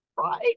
right